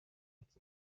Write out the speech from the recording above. it’s